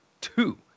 two